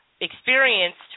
experienced